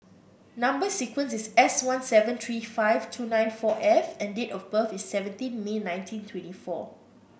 number sequence is S one seven three five two nine four F and date of birth is seventeen May nineteen twenty four